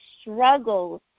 struggles